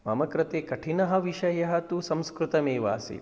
मम कृते कठिनः विषयः तु संस्कृतमेव आसीत्